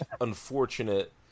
unfortunate